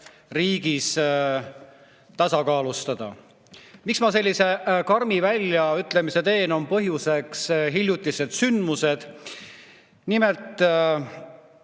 riiki tasakaalustada. Miks ma sellise karmi väljaütlemise teen? Põhjuseks on hiljutised sündmused. Nimelt,